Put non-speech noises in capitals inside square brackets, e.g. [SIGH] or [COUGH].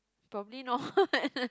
probably not [LAUGHS]